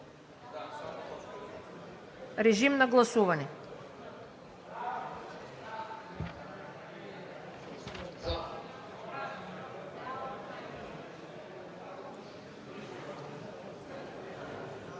режим на гласуване.